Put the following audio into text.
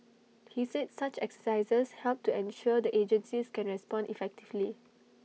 he said such exercises help to ensure the agencies can respond effectively